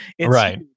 Right